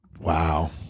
Wow